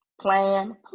plan